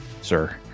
sir